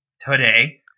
today